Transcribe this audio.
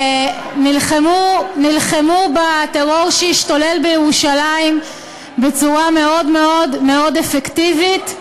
נלחמו בטרור שהשתולל בירושלים בצורה מאוד מאוד אפקטיבית.